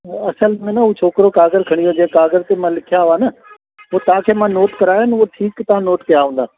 हा असल में न हू छोकिरो काॻर खणी वियो जंहिं काॻर ते मां लिखिया हुआ न उहे तव्हांखे मां नोट कराया अन उहे ठीकु तव्हां नोट कया हूंदा